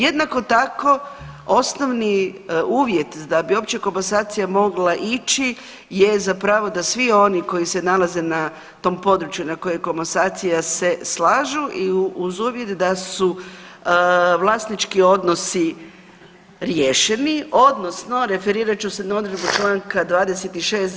Jednako tako osnovni uvjet da bi uopće komasacija mogla ići je zapravo da svi oni koji se nalazi na tom području na kojem je komasacija se slažu i uz uvjet da su vlasnički odnosi riješeni odnosno referirat ću se na odredbu čl. 26.